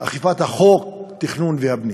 אכיפת חוק התכנון והבנייה.